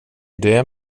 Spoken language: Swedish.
det